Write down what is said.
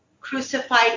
crucified